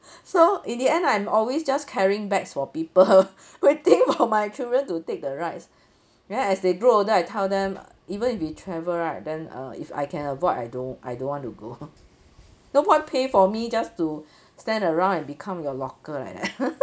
so in the end I'm always just carrying bags for people waiting for my children to take the rides then as they grow older I tell them even if we travel right then uh if I can avoid I don't I don't want to go no point pay for me just to stand around and become your locker like that